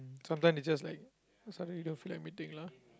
sometime they just like suddenly they don't feel like meeting lah